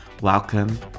Welcome